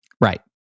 Right